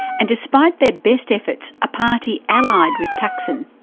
and despite their best efforts, a party allied with thaksin,